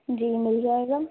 جی مل جائے گا